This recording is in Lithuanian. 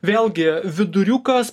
vėlgi viduriukas